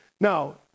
Now